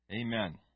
Amen